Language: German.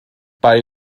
bei